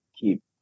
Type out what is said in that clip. Keep